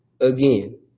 again